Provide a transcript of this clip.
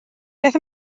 beth